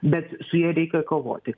bet su ja reikia kovoti